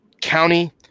county